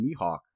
Mihawk